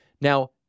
Now